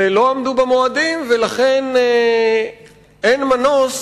ולא עמדו במועדים, ולכן אין מנוס